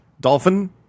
dolphin